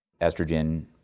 estrogen